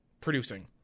producing